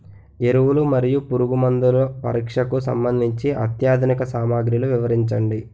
ఎరువులు మరియు పురుగుమందుల పరీక్షకు సంబంధించి అత్యాధునిక సామగ్రిలు వివరించండి?